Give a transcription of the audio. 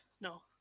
No